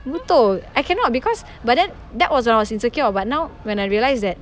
buto I cannot because but then that was when I was insecure but now when I realise that